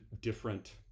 different